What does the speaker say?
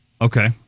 Okay